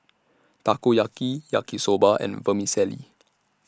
Takoyaki Yaki Soba and Vermicelli